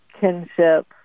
kinship